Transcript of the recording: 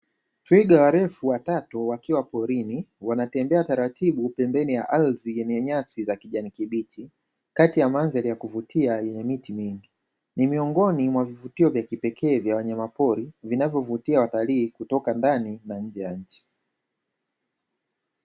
Twiga warefu watatu wakiwa porini wanatembea taratibu pembeni ya ardhi yenye nyasi za kijani kibichi, kati ya mandhari ya kuvutia yenye miti mingi. Ni miungoni mwa vivutio vya kipekee vya wanyamapori vinavyowavutia watalii kutoka ndani na nje ya nchi.